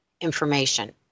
information